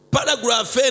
Paragraph